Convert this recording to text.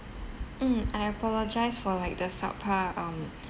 mm I apologise for like the subpar um